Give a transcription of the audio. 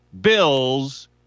bills